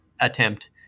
attempt